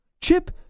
Chip